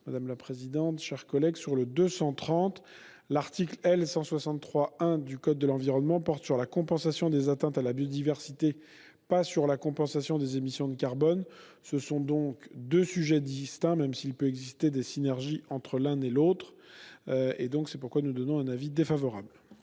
auteurs. L'avis est défavorable. Enfin, l'article L. 163-1 du code de l'environnement porte sur la compensation des atteintes à la biodiversité, et non pas sur la compensation des émissions de carbone. Ce sont deux sujets distincts, même s'il peut exister des synergies entre l'un et l'autre. C'est pourquoi nous donnons un avis défavorable